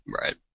right